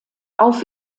auf